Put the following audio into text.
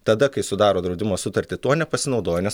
tada kai sudaro draudimo sutartį tuo nepasinaudoja nes